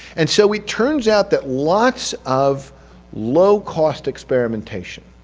and so it turns out that lots of low cost experimentation,